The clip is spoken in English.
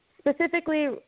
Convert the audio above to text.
Specifically